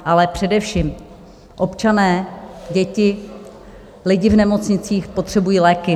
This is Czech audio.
Ale především občané, děti, lidi v nemocnicích potřebují léky.